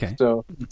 okay